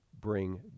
bring